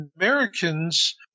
Americans